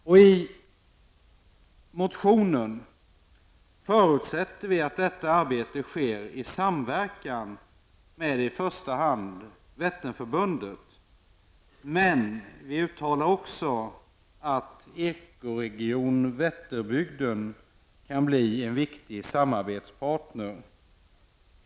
I motionen förutsätter vi att detta arbete sker i samverkan med i första hand Vätternförbundet, men vi uttalar också att Eko-region Vätterbygden kan bli en viktig samarbetspartner.